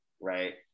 right